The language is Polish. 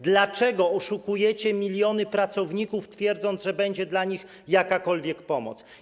Dlaczego oszukujecie miliony pracowników, twierdząc, że będzie dla nich jakakolwiek pomoc?